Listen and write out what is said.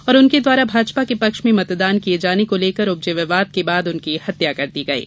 और उनके द्वारा भाजपा के पक्ष में मतदान किये जाने को लेकर उपजे विवाद के बाद उनकी हत्या कर दी गयी